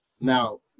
now